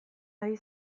ari